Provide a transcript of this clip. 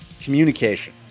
communication